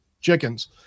chickens